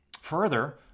Further